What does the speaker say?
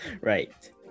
Right